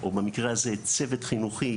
או במקרה הזה צוות חינוכי,